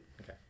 Okay